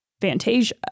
Fantasia